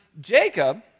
Jacob